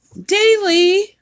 daily